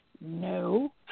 No